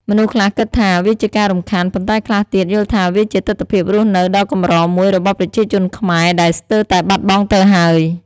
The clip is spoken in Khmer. មនុស្សខ្លះគិតថា វាជាការរំខាន ប៉ុន្តែខ្លះទៀត យល់ថាវាជាទិដ្ឋភាពរស់នៅដ៏កម្រមួយរបស់ប្រជាជនខ្មែរ ដែលស្ទើរតែបាត់បង់ទៅហើយ។